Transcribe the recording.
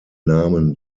namen